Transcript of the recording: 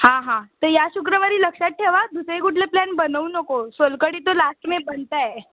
हां हां तर या शुक्रवारी लक्षात ठेव हां दुसरे कुठले प्लॅन बनवू नको सोलकढी तो लास्ट मे बनता है